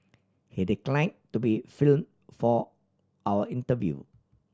he decline to be film for our interview